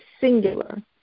singular